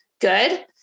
Good